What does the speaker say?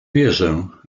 wierzę